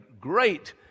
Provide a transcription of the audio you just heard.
great